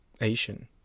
Asian